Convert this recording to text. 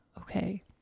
okay